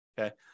Okay